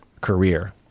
career